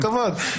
כל הכבוד.